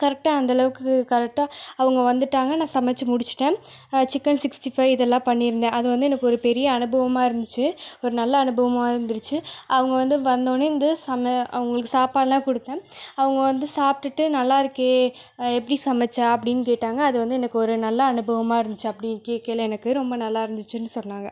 கரெக்டாக அந்த அளவுக்கு கரெக்டாக அவங்க வந்துட்டாங்க நான் சமைத்து முடித்திட்டேன் சிக்கன் சிக்ஸ்ட்டி ஃபை இதல்லாம் பண்ணியிருந்தேன் அது வந்து எனக்கு ஒரு பெரிய அனுபவமாக இருந்துச்சு ஒரு நல்ல அனுபவமாக இருந்துச்சு அவங்க வந்து வந்தோனயே வந்து அவங்களுக்கு சாப்பாடுல்லாம் கொடுத்தேன் அவங்க வந்து சாப்டுவிட்டு நல்லா இருக்கே எப்படி சமைத்த அப்படினு கேட்டாங்க அது வந்து எனக்கு ஒரு நல்ல அனுபவமாக இருந்துச்சு அப்படி கேட்கயில எனக்கு ரொம்ப நல்லாருந்துச்சுனு சொன்னாங்க